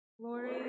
Glory